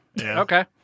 Okay